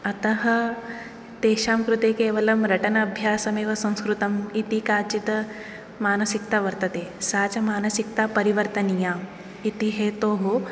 अतः तेषां कृते केवलं रटनाभ्यासमेव संस्कृतम् इति काचित् मानसिकता वर्तते सा च मानसिकता परिवर्तनीया इति हेतोः